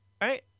right